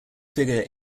figure